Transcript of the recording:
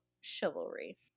chivalry